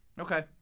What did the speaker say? Okay